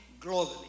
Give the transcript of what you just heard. globally